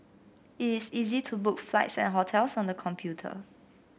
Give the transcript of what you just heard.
it is easy to book flights and hotels on the computer